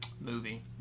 movie